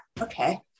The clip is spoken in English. Okay